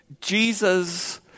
Jesus